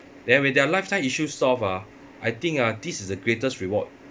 then with their lifetime issue solved ah I think ah this is the greatest reward